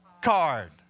card